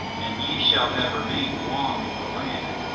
and ye shall have remained long in the land,